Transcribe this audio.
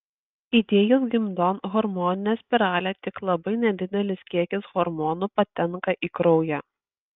įdėjus gimdon hormoninę spiralę tik labai nedidelis kiekis hormonų patenka į kraują